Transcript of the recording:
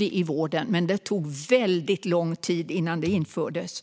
i vården, men det tog väldigt lång tid innan det infördes.